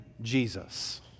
Jesus